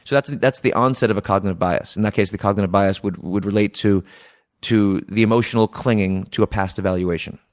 so that's that's the onset of a cognitive bias. in that case, the cognitive bias would would relate to to the emotional clinging of past evaluation.